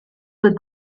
with